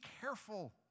careful